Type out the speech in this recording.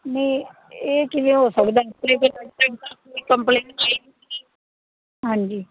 ਨਹੀਂ ਇਹ ਕਿਵੇਂ ਹੋ ਸਕਦਾ ਕੰਪਲੇਂਟ ਪਾਈ ਸੀਗੀ ਹਾਂਜੀ